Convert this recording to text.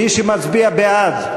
מי שמצביע בעד,